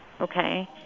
Okay